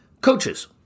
Coaches